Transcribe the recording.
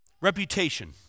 Reputation